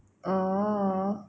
orh